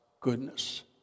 goodness